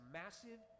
massive